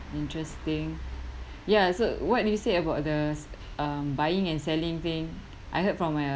interesting ya so what did you said about the um buying and selling thing I heard from uh